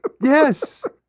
Yes